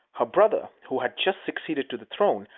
her brother, who had just succeeded to the throne,